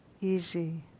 easy